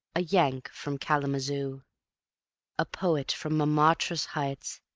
a yank from kalamazoo a poet from montmartre's heights,